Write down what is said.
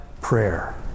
prayer